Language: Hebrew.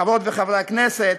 חברות וחברי הכנסת,